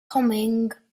coming